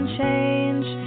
change